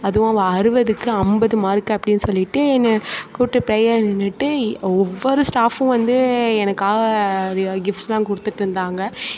அதுவும் அவள் அறுபதுக்கு ஐம்பது மார்க்கு அப்படின்னு சொல்லிவிட்டு என்னை கூட்டு பிரேயரில் நின்றிட்டு ஒவ்வொரு ஸ்டாஃபும் வந்து எனக்காக இது கிஃப்ட்ஸ்யெலாம் கொடுத்துட்ருந்தாங்க